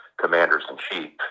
commanders-in-chief